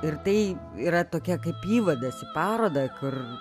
ir tai yra tokia kaip įvadas į parodą kur